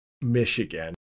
Michigan